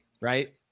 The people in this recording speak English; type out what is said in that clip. right